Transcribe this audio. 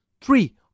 three